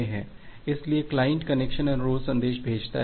इसलिए client connection अनुरोध संदेश भेजता है